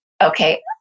Okay